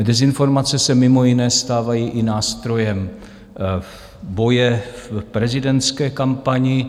Dezinformace se mimo jiné stávají i nástrojem boje v prezidentské kampani.